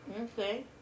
Okay